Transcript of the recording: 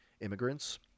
immigrants